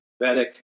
Vedic